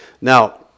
Now